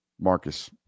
Marcus